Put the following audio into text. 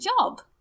job